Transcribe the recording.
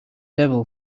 devil